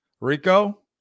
Rico